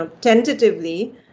tentatively